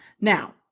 Now